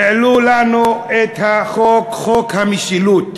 העלינו לנו את חוק המשילות,